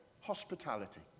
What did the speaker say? Hospitality